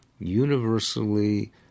Universally